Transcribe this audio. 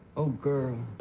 oh, girl.